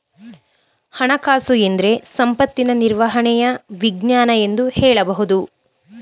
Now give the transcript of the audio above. ಹಣಕಾಸುಎಂದ್ರೆ ಸಂಪತ್ತಿನ ನಿರ್ವಹಣೆಯ ವಿಜ್ಞಾನ ಎಂದು ಹೇಳಬಹುದು